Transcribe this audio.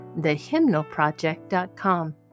thehymnalproject.com